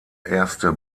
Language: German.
erste